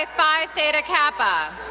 ah phi theta kappa.